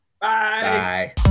Bye